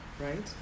right